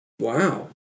Wow